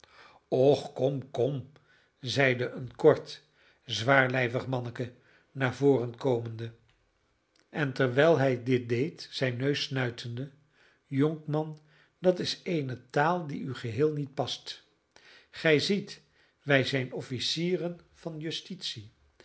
och kom kom zeide een kort zwaarlijvig manneke naar voren komende en terwijl hij dit deed zijn neus snuitende jonkman dat is eene taal die u geheel niet past gij ziet wij zijn officieren van justitie